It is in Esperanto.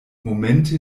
momente